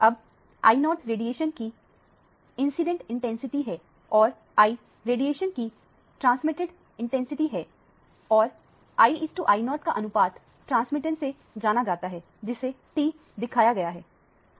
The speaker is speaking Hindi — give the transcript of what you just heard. अब Io रेडिएशन की इंसिडेंट इंटेंसिटी है और I रेडिएशन की ट्रांसमिटेड इंटेंसिटी है और IIo का अनुपात ट्रांसमिटेंस से जाना जाता है जिसे T दिखाया गया है